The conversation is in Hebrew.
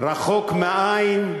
רחוק מהעין,